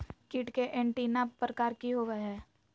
कीट के एंटीना प्रकार कि होवय हैय?